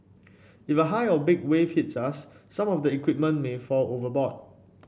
if a high or big wave hits us some of the equipment may fall overboard